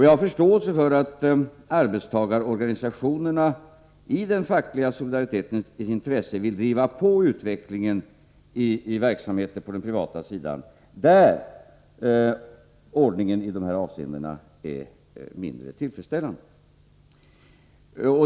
Jag har förståelse för att arbetstagarorganisationerna i den fackliga solidaritetens intresse vill driva på utvecklingen i verksamheter på den privata sidan där ordningen i dessa avseenden är mindre tillfredsställande.